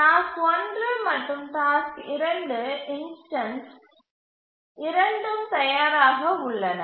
task 1 மற்றும் task 2 instance இரண்டும் தயாராக உள்ளன